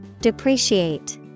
Depreciate